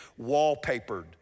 wallpapered